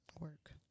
Work